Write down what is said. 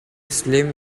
slim